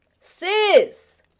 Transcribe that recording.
Sis